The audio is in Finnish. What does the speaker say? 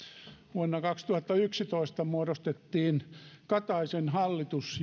vuonna kaksituhattayksitoista muodostettiin kataisen hallitus